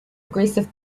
aggressive